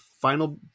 final